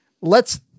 lets